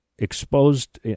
exposed